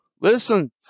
listen